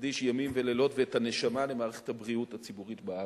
מקדיש ימים ולילות ואת הנשמה למערכת הבריאות הציבורית בארץ.